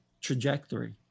trajectory